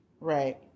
Right